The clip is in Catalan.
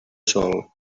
sol